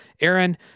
Aaron